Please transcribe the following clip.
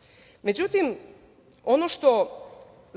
cenzus.Međutim, ono što